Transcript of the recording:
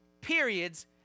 periods